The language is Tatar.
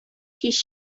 һич